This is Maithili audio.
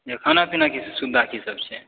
खाना पीनाके सुविधा की सब छै